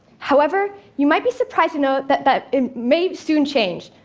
however, you might be surprised to know that that may soon change.